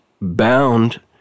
bound